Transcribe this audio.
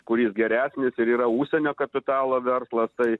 kuris geresnis ir yra užsienio kapitalo verslas tai